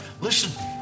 Listen